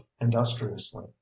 industriously